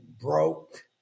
broke